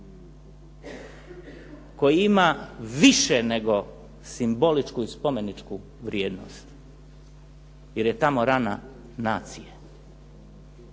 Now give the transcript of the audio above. koji ima više nego simboličku i spomeničku vrijednost jer je tamo rana nacije,